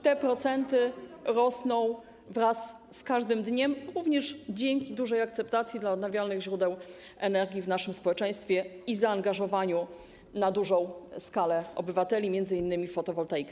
Te procenty rosną z każdym dniem, również dzięki dużej akceptacji dla odnawialnych źródeł energii w naszym społeczeństwie i zaangażowaniu na dużą skalę obywateli m.in. w fotowoltaikę.